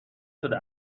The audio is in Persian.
شده